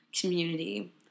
Community